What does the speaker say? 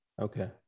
Okay